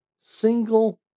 single